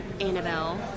Annabelle